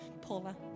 Paula